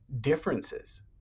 differences